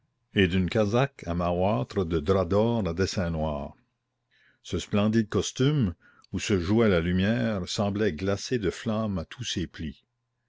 et d'une casaque à mahoîtres de drap d'or à dessins noirs ce splendide costume où se jouait la lumière semblait glacé de flamme à tous ses plis